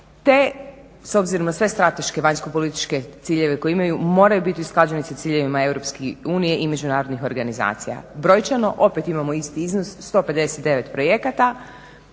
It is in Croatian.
te s obzirom na sve strateške vanjsko političke ciljeve koje imaju moraju biti iskazani sa ciljevima EU i Međunarodnih organizacija. Brojčano opet imamo isti iznos 159 projekata